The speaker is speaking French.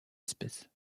espèces